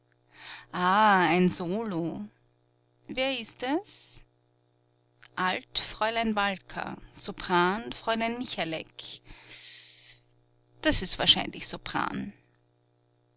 ein solo wer ist das alt fräulein walker sopran fräulein michalek das ist wahrscheinlich sopran